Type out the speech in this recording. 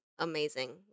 amazing